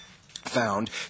found